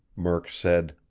murk said.